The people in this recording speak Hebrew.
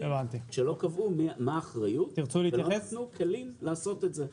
שלא קבעו מה האחריות ולא נתנו כלים לעשות את זה.